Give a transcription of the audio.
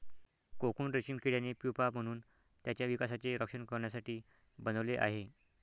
cocoon रेशीम किड्याने pupa म्हणून त्याच्या विकासाचे रक्षण करण्यासाठी बनवले आहे